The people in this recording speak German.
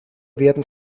werden